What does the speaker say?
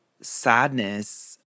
sadness